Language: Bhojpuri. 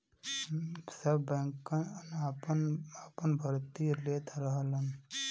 सब बैंकन आपन आपन भर्ती लेत रहलन